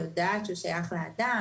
יודעת שהוא שייך לאדם,